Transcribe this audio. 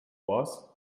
was